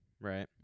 right